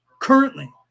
currently